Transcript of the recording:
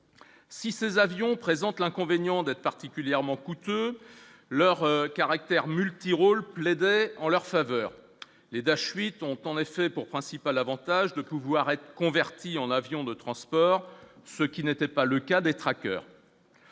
si ces avions présente l'inconvénient d'être particulièrement coûteux leur caractère multirôle plaidaient en leur faveur les Daschle 8 ont en effet pour principal Avantage de pouvoir être convertis en avion de transport, ce qui n'était pas le cas des traqueurs,